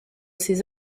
ses